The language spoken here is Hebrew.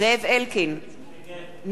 נגד חיים אמסלם,